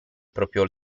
proprio